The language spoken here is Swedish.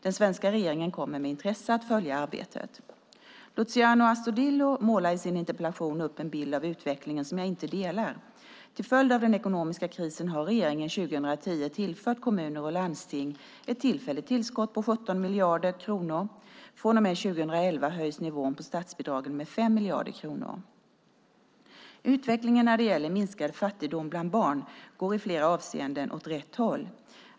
Den svenska regeringen kommer med intresse att följa arbetet. Luciano Astudillo målar i sin interpellation upp en bild av utvecklingen som jag inte delar. Till följd av den ekonomiska krisen har regeringen 2010 tillfört kommuner och landsting ett tillfälligt tillskott på 17 miljarder kronor. Från och med 2011 höjs nivån på statsbidragen med 5 miljarder kronor. Utvecklingen när det gäller minskad fattigdom bland barn går i flera avseenden åt rätt håll.